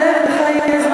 חבר הכנסת זאב, לך יהיה זמן.